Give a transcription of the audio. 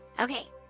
okay